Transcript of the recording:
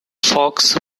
fox